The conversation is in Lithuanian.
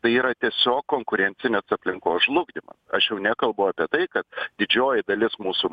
tai yra tiesiog konkurencinės aplinkos žlugdymas aš jau nekalbu apie tai kad didžioji dalis mūsų